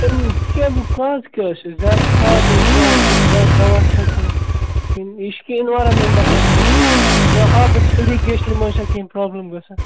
اَمہِ سِکیپُک کاز کیٛاہ حظ چھُ زیادٕ کھاد حظ ترٛاوٕنۍ کِنہٕ زیاد دَوا چھَکُن کِنہٕ یہِ چھُ کیٚنٛہہ اِینویرانمٮ۪نٛٹسٕے مَنٛز کیٚنٛہہ حظ یا آبَس اِرِگیشنہِ مَنٛز چھا کیٚنٛہہ پرٛابلم گَژھان